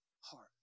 heart